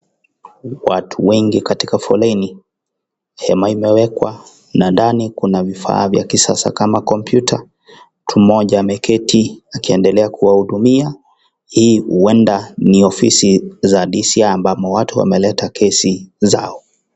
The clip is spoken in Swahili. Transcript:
Watu wengi katika foleni, hema imewekwa na ndani kuna vifaa vya kisasa kama komputa, mtu mmoja ameketi akiendelea kuwahudumia. Hii huenda ni ofisi za DCI ambamo watu wameleta kesi zao.